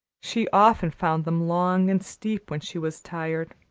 she often found them long and steep when she was tired,